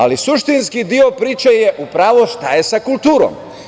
Ali, suštinski deo priče je upravo – šta je sa kulturom?